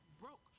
broke